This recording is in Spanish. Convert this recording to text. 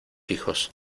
hijos